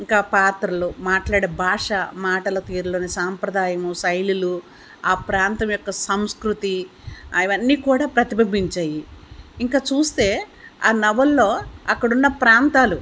ఇంకా పాత్రలు మాట్లాడే భాష మాటల తీరులోని సాంప్రదాయము శైలులు ఆ ప్రాంతం యొక్క సంస్కృతి అవన్నీ కూడా ప్రతిబింబించాయి ఇంకా చూస్తే ఆ నవల్లో అక్కడ ఉన్న ప్రాంతాలు